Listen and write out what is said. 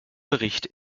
bericht